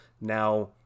Now